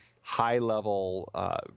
high-level